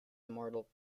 immortal